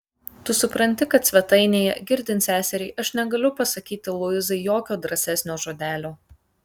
tu supranti kad svetainėje girdint seseriai aš negaliu pasakyti luizai jokio drąsesnio žodelio